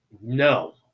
No